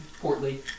portly